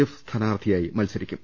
F സ്ഥാനാർത്ഥിയായി മത്സരിക്കും